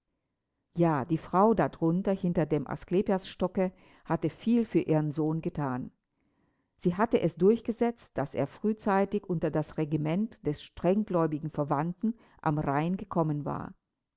ja die frau da drunten hinter dem asklepiasstocke hatte viel für ihren sohn gethan sie hatte es durchgesetzt daß er frühzeitig unter das regiment des strenggläubigen verwandten am rhein gekommen war